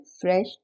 fresh